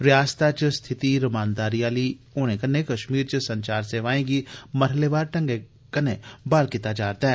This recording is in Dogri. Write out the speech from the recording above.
रियासता च स्थिति रमानदारी आली होने कन्नै कश्मीर च संचार सेवाएं गी मरहलेवार ढंगै कन्नै बाहल कीता जा रदा ऐ